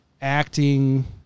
acting